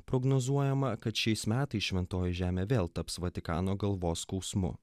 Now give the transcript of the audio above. prognozuojama kad šiais metais šventoji žemė vėl taps vatikano galvos skausmu